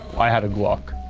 i had a glock.